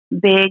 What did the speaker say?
big